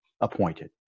appointed